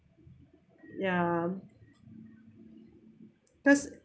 ya cause